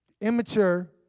immature